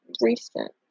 recent